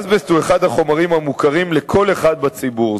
אזבסט הוא אחד החומרים המוכרים לכל אחד בציבור.